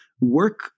work